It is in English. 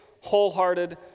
wholehearted